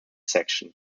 section